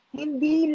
hindi